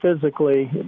physically